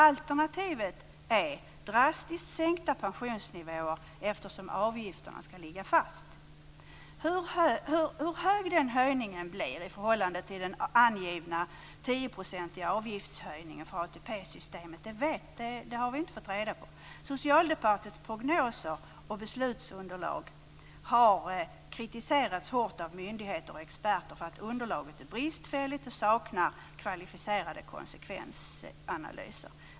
Alternativet är drastiskt sänkta pensionsnivåer, eftersom avgifterna skall ligga fast. Hur hög den höjningen blir i förhållande till den angivna tioprocentiga avgiftshöjningen för ATP systemet har vi inte fått reda på. Socialdepartementets prognoser och beslutsunderlag har kritiserats hårt av myndigheter och experter för att underlaget är bristfälligt och saknar kvalificerade konsekvensanalyser.